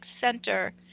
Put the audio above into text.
center